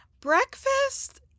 Breakfast